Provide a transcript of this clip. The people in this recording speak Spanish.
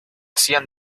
hacían